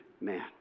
man